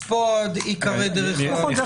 אז פה עיקר הדרך היא --- נכון,